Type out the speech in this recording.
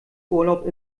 urlaub